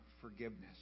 forgiveness